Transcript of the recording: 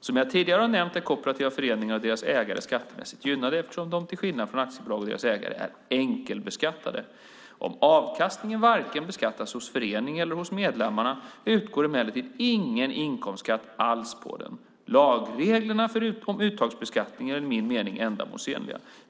Som jag tidigare har nämnt är kooperativa föreningar och deras ägare skattemässigt gynnade eftersom de till skillnad från aktiebolag och deras ägare är enkelbeskattade. Om avkastningen varken beskattas hos föreningen eller beskattas hos medlemmarna utgår emellertid ingen inkomstskatt alls på den. Lagreglerna om uttagsbeskattning är enligt min mening ändamålsenliga.